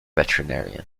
veterinarian